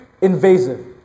invasive